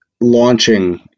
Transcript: launching